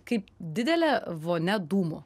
kaip didelė vonia dūmų